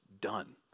done